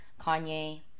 Kanye